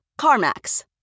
CarMax